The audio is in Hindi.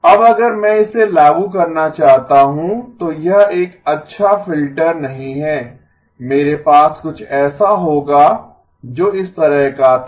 अब अगर मैं इसे लागू करना चाहता हूं तो यह एक अच्छा फिल्टर नहीं है मेरे पास कुछ ऐसा होगा जो इस तरह का था